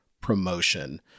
promotion